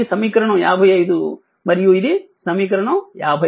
ఇది సమీకరణం 55 ఇది సమీకరణం 56